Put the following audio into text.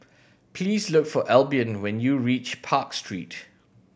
please look for Albion when you reach Park Street